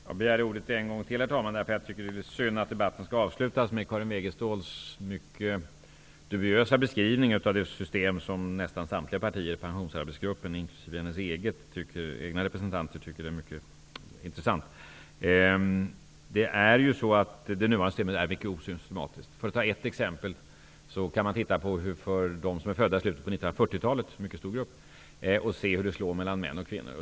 Herr talman! Jag begärde ordet en gång till eftersom jag tycker att det är synd att debatten skall avslutas med Karin Wegeståls dubiösa beskrivning av det system som nästan samtliga partier i Karin Wegeståls eget parti, tycker är mycket intressant. Det nuvarande systemet är mycket osystematiskt. För att ta ett exempel kan man titta på situationen för dem som är födda i slutet av 1940-talet, en mycket stor grupp, och se hur systemet slår för män och kvinnor.